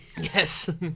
Yes